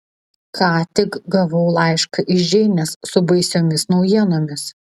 ką tik gavau laišką iš džeinės su baisiomis naujienomis